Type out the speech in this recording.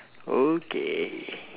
okay